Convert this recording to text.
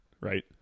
right